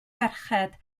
ferched